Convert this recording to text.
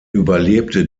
überlebte